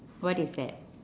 what is that